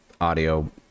audio